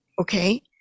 Okay